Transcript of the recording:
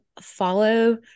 follow